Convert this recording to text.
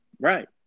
Right